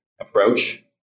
approach